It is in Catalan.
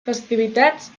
festivitats